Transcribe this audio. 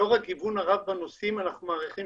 לאור הגיוון הרב בנושאים אנחנו מעריכים